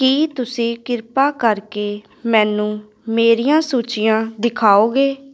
ਕੀ ਤੁਸੀਂ ਕਿਰਪਾ ਕਰਕੇ ਮੈਨੂੰ ਮੇਰੀਆਂ ਸੂਚੀਆਂ ਦਿਖਾਓਗੇ